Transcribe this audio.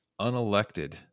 unelected